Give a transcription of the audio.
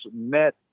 met